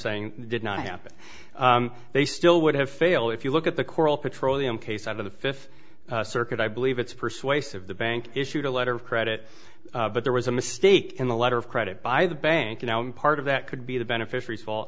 saying did not happen they still would have failed if you look at the coral petroleum case out of the fifth circuit i believe it's persuasive the bank issued a letter of credit but there was a mistake in the letter of credit by the bank and part of that could be the beneficia